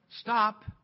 stop